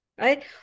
Right